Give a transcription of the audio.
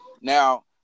Now